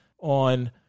on